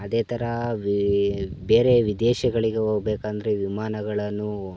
ಅದೇ ಥರ ವಿ ಬೇರೆ ವಿದೇಶಗಳಿಗೆ ಹೋಗ್ಬೇಕಂದ್ರೆ ವಿಮಾನಗಳನ್ನು